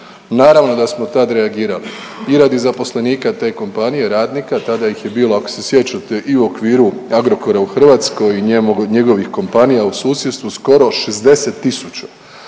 Naravno da smo tad reagirali i radi zaposlenika te kompanija radnika, tada ih je bilo ako se sjećate i u okviru Agrokora u Hrvatskoj i njegovih kompanija u susjedstvu skoro 60.000.